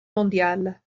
mondiale